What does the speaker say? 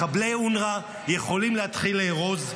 מחבלי אונר"א יכולים להתחיל לארוז,